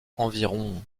environ